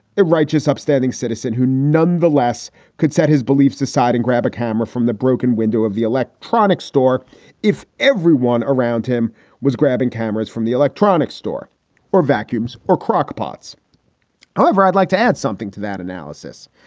righteous, upstanding citizen who nonetheless could set his beliefs aside and grab a camera from the broken window of the electronic store if everyone around him was grabbing cameras from the electronic store or vacuum's or crockpots however, i'd like to add something to that analysis.